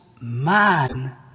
man